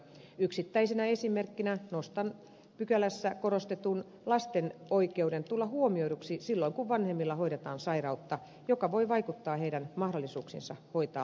yksittäisenä esimerkkinä nostan pykälässä korostetun lasten oikeuden tulla huomioiduksi silloin kun vanhemmilla hoidetaan sairautta joka voi vaikuttaa heidän mahdollisuuksiinsa hoitaa lapsiaan